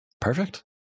perfect